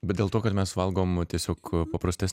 bet dėl to kad mes valgom tiesiog paprastesnį